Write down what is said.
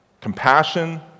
Compassion